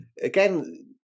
again